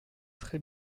très